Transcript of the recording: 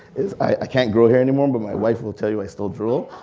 i can't grow hair anymore, but my wife will tell you i still drool.